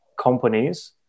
companies